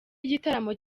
igitaramo